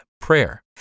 prayer